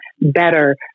better